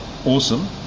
awesome